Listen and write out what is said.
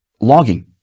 logging